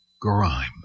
grime